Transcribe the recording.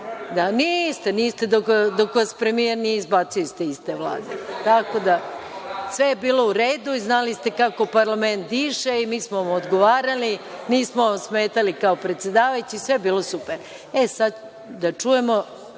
niste, dok vas premijer nije izbacio iz te iste Vlade. Tako da, sve je bilo u redu i znali ste kako parlament diše i mi smo vam odgovarali, nismo vam smetali kao predsedavajući, sve je bilo super.E sad da čujemo